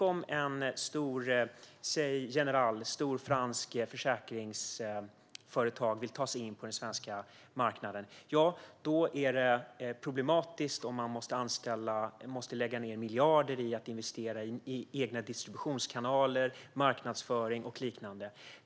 Om ett stort franskt försäkringsföretag, till exempel Générale, vill ta sig in på den svenska marknaden är det problematiskt om man måste lägga ned miljarder på att investera i egna distributionskanaler, marknadsföring och liknande.